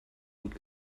gut